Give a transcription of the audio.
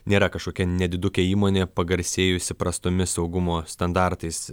nėra kažkokia nedidukė įmonė pagarsėjusi prastomis saugumo standartais